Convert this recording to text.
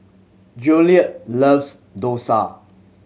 Jolette loves dosa